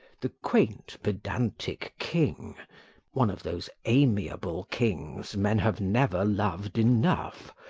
the quaint, pedantic king one of those amiable kings men have never loved enough,